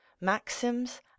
maxims